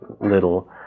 little